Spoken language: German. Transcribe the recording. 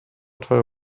teure